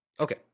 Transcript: Okay